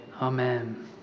Amen